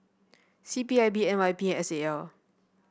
C P I B N Y P S A L